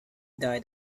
died